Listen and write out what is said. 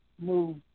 move